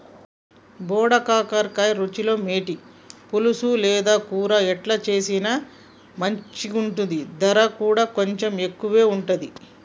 బోడ కాకర రుచిలో మేటి, పులుసు లేదా కూర ఎట్లా చేసిన మంచిగుంటది, దర కూడా కొంచెం ఎక్కువే ఉంటది